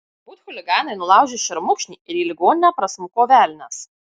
turbūt chuliganai nulaužė šermukšnį ir į ligoninę prasmuko velnias